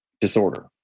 disorder